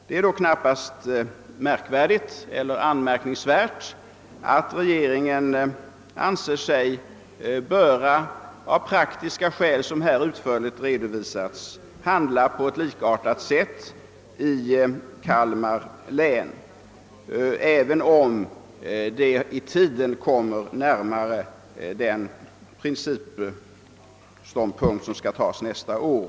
Det är då knappast anmärkningsvärt att regeringen av praktiska skäl, vilka här utförligt redovisats, anser sig böra handla på ett likartat sätt beträffande Kalmar län, även om det i tiden kommer närmare de principbeslut som skall 1as nästa år.